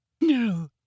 No